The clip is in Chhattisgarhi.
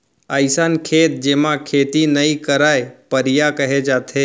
अइसन खेत जेमा खेती नइ करयँ परिया कहे जाथे